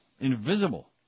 invisible